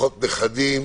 ברוכות נכדים,